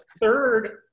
third